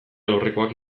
alorrekoak